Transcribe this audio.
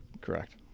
correct